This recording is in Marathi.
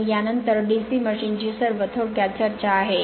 तर या नंतर DC मशीन ची सर्व थोडक्यात चर्चा आहे